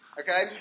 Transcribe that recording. Okay